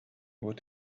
what